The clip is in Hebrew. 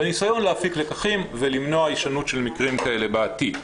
בניסיון להפיק לקחים ולמנוע הישנות של מקרים כאלה בעתיד.